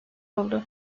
oldu